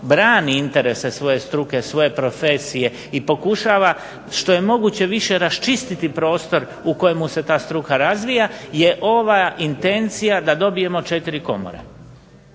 brani interese svoje struke, svoje profesije i pokušava što je moguće više raščistiti prostor u kojemu se ta struka razvija je ova intencija da dobijemo četiri komore.